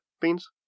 Beans